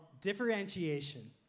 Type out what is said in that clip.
differentiation